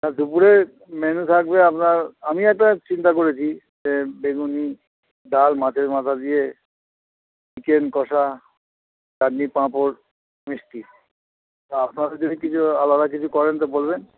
আর দুপুরের মেনু থাকবে আপনার আমি একটা চিন্তা করেছি যে বেগুনি ডাল মাছের মাথা দিয়ে চিকেন কষা চাটনি পাঁপড় মিষ্টি তা আপনাদের যদি কিছু আলাদা কিছু করেন তো বলবেন